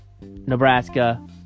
Nebraska